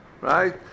right